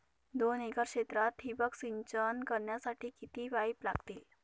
दोन एकर क्षेत्रात ठिबक सिंचन करण्यासाठी किती पाईप लागतील?